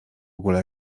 ogóle